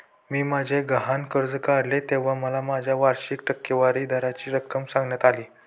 मी माझे गहाण कर्ज काढले तेव्हा मला माझ्या वार्षिक टक्केवारी दराची रक्कम सांगण्यात आली